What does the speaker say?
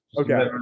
Okay